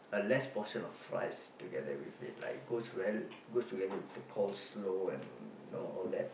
and less portion of fries together with it like goes well goes together with the coleslaw and know all that